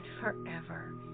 forever